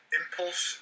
impulse